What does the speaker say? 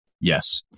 Yes